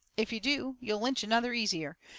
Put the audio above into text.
if you do, you'll lynch another easier.